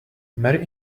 marry